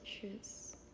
choose